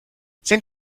sind